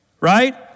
Right